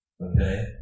okay